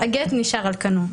הגט נשאר על כנו.